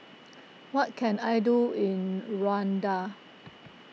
what can I do in Rwanda